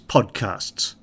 Podcasts